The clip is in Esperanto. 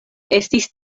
estis